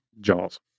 Jaws